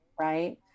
right